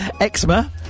eczema